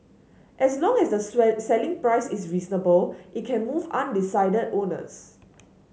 as long as the selling price is reasonable it can move undecided owners